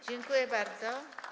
Dziękuję bardzo.